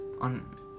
on